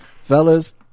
fellas